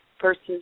versus